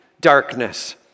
darkness